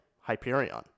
Hyperion